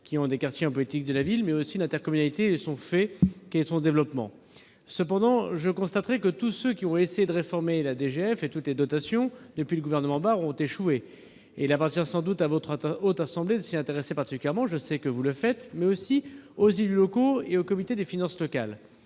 qui relèvent de la politique de la ville, et sur les intercommunalités, en plein développement. Or je constate que tous ceux qui ont essayé de réformer la DGF et toutes les dotations depuis le gouvernement Barre ont échoué. Il appartient sans doute à la Haute Assemblée de s'y intéresser particulièrement- je sais que vous le faites -, mais aussi aux élus locaux et au Comité des finances locales.